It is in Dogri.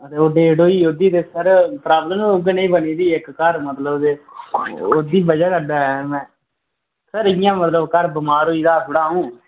हां ते डेट होई गेई ओह्दी ते सर प्राब्लम उ'यै नेही बनी दी इक घर मतलब ओह्दी वजह् कन्नै में सर इ'यां मतलब घर बमार होई गेदा हा थोह्ड़ा अ'ऊं